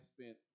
spent